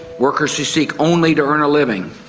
workers who seek only to earn a living,